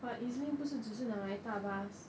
but EZ-link 不是只是拿来踏 bus